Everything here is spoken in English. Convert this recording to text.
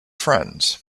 friends